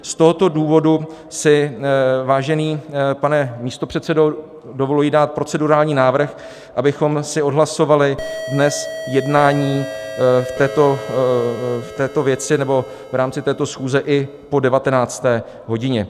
Z tohoto důvodu si, vážený pane místopředsedo, dovoluji dát procedurální návrh, abychom si dnes odhlasovali jednání v této věci nebo v rámci této schůze i po 19. hodině.